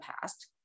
past